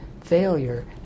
failure